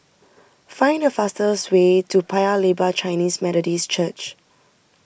find the fastest way to Paya Lebar Chinese Methodist Church